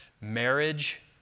Marriage